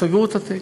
סגרו את התיק,